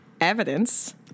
evidence